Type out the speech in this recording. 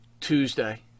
Tuesday